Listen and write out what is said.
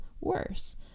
worse